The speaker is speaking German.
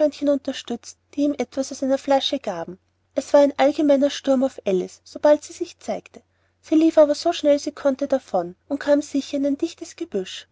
unterstützt die ihm etwas aus einer flasche gaben es war ein allgemeiner sturm auf alice sobald sie sich zeigte sie lief aber so schnell sie konnte davon und kam sicher in ein dichtes gebüsch